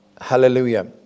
hallelujah